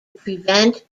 prevent